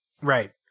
right